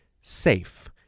safe